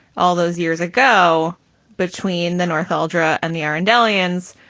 all those years ago between the north caldara and the orange aliens,